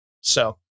So-